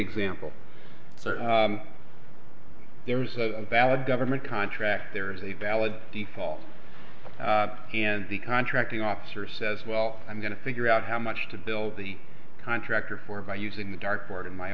example there is a valid government contract there is a valid the fall and the contracting officer says well i'm going to figure out how much to build the contractor for by using the dart board in my